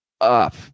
up